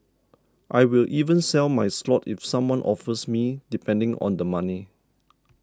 I will even sell my slot if someone offers me depending on the money